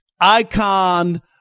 icon